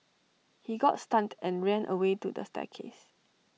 he got stunned and ran away to the staircase